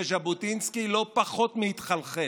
וז'בוטינסקי לא פחות מהתחלחל.